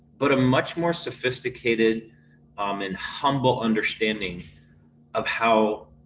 but a much more sophisticated um and humble understanding of how.